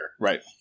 Right